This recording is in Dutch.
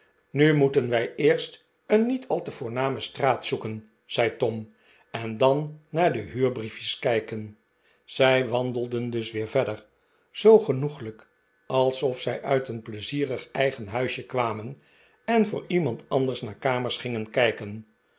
nu moeten wij eerst een niet al te voorname straat zoeken zei tom en dan naar de huurbriefjes kijken zij wandelden dus weer verder zoo genoeglijk alsof zij uit een pleizierig eigen huisje kwamen en voor iemand anders naar kamers gingen kijken